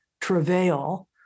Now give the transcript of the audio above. travail